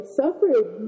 suffered